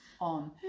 on